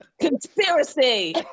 Conspiracy